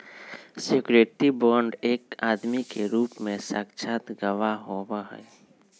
surety bond एक आदमी के रूप में साक्षात गवाह होबा हई